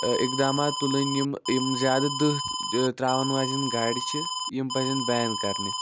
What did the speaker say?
اِقدامات تُلٕنۍ یِم یِم زیادٕ دہہ تراوان واجٮ۪ن گاڑِ چھِ یِم پَزن پٮ۪ن کرںہِ